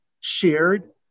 shared